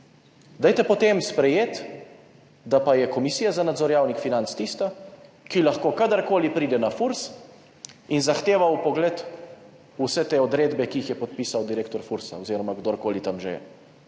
Dajte potem sprejeti, da pa je Komisija za nadzor javnih financ tista, ki lahko kadarkoli pride na Furs in zahteva vpogled v vse te odredbe, ki jih je podpisal direktor Fursa oziroma kdorkoli že tam.